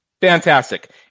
Fantastic